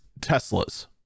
Tesla's